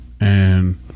and-